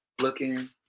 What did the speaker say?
looking